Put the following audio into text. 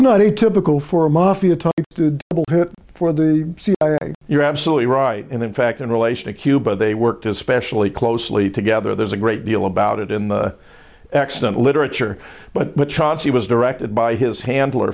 not atypical for a mafia type for the you're absolutely right and in fact in relation to cuba they worked especially closely together there's a great deal about it in the extant literature but he was directed by his handler